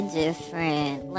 different